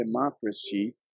democracy